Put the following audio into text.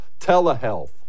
telehealth